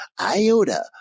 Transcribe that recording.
Iota